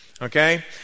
okay